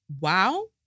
Wow